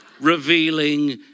revealing